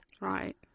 Right